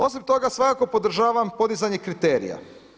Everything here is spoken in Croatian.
Osim toga, svakako podržavam podizanje kriterija.